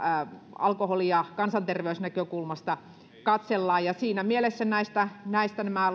alkoholia kansanterveysnäkökulmasta katsellaan siinä mielessä nämä